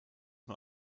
nur